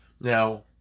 now